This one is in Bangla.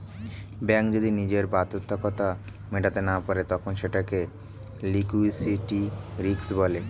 ব্যাঙ্ক যদি নিজের বাধ্যবাধকতা মেটাতে না পারে তখন সেটাকে লিক্যুইডিটি রিস্ক বলে